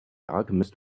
alchemist